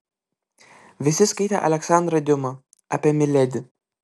visi skaitė aleksandrą diuma apie miledi